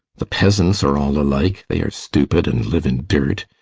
the peasants are all alike they are stupid and live in dirt,